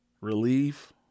relief